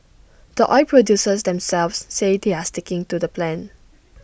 the oil producers themselves say they're sticking to the plan